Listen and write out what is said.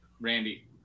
randy